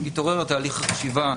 התעורר תהליך חשיבה,